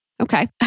Okay